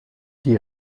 die